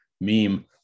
meme